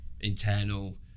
internal